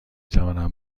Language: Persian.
توانم